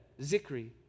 Zikri